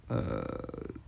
uh